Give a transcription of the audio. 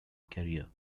career